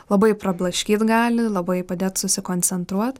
labai prablaškyt gali labai padėt susikoncentruot